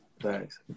Thanks